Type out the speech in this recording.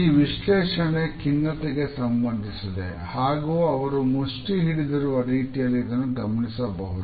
ಈ ವಿಶ್ಲೇಷಣೆ ಖಿನ್ನತೆಗೆ ಸಂಬಂಧಿಸಿದೆ ಹಾಗೂ ಅವರು ಮುಷ್ಟಿ ಹಿಡಿದಿರುವ ರೀತಿಯಲ್ಲಿ ಇದನ್ನು ಗಮನಿಸಬಹುದು